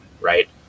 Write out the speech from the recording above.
right